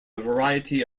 variety